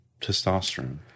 testosterone